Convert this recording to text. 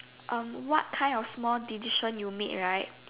um what kind of small decision you made right